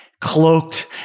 cloaked